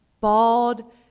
bald